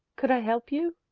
could i help you,